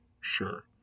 sure